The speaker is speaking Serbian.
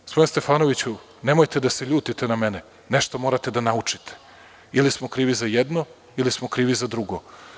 Gospodine Stefanoviću, nemojte da se ljutite na mene, nešto morate da naučite, ili smo krivi za jedno ili smo krivi za drugo.